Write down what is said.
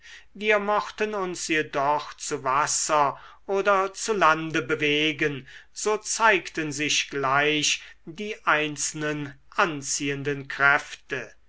wir mochten uns jedoch zu wasser oder zu lande bewegen so zeigten sich gleich die einzelnen anziehenden kräfte